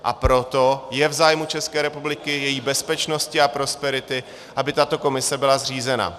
A proto je v zájmu České republiky, její bezpečnosti a prosperity, aby tato komise byla zřízena.